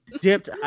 dipped